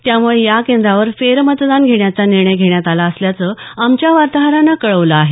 त्यामुळं या केंद्रावर फेरमतदान घेण्याचा निर्णय घेण्यात आला असल्याचं आमच्या वार्ताहरानं कळवलं आहे